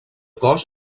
cos